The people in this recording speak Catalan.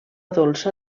dolça